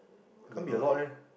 don't know leh